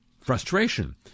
frustration